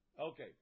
Okay